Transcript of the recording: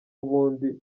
ubundi